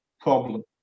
problem